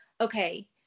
okay